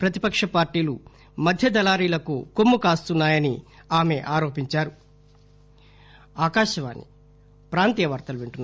ప్రతిపక్ష పార్టీలు మధ్య దళారీలకు కొమ్ము కస్తున్నాయని ఆమె ఆరోపించారు